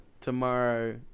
tomorrow